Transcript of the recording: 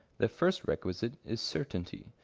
the first requisite is certainty,